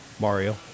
Mario